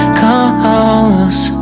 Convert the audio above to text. cause